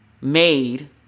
made